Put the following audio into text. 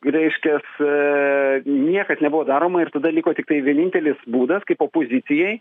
reiškias niekas nebuvo daroma ir tada liko tiktai vienintelis būdas kaip opozicijai